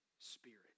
spirit